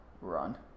run